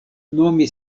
nomi